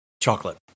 chocolate